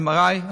MRI,